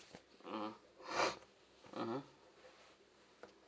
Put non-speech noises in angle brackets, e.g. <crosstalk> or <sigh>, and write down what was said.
mm <noise> mmhmm